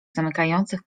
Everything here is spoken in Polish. zamykających